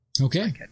Okay